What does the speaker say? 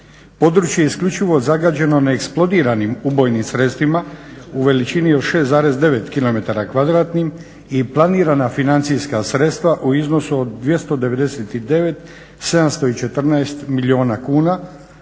Područje je isključivo zagađeno neeksplodiranim ubojnim sredstvima u veličini od 6,9 km2 i planirana financijska sredstva u iznosu od 299 714 milijuna kuna,